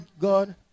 God